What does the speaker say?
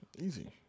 easy